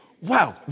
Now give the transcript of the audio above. wow